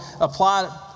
apply